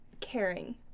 caring